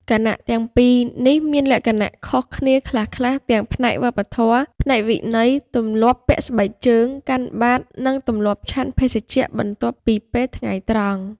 គណៈទាំងពីរនេះមានលក្ខណៈខុសគ្នាខ្លះៗទាំងផ្នែកធម៌ ផ្នែកវិន័យ ទម្លាប់ពាក់ស្បែកជើង កាន់បាត្រ និងទម្លាប់ឆាន់ភេសជ្ជៈបន្ទាប់ពីពេលថ្ងៃត្រង់។